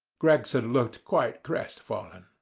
gregson looked quite crest-fallen.